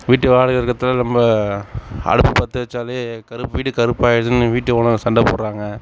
வீட்டு வாடகை இருக்கறத்தால் ரொம்ப அடுப்பு பற்ற வெச்சால் கருப் வீடு கருப்பாயிடுதுன்னு வீட்டு ஓனர் சண்டை போடறாங்க